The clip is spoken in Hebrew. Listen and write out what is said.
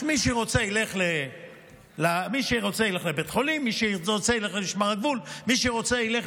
מי שרוצה ילך לבית חולים, מי שרוצה ילך